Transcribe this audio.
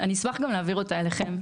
אשמח גם להעביר אותה אליכם.